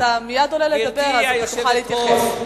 אבל מייד אתה עולה לדבר ותוכל להתייחס.